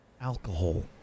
Alcohol